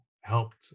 helped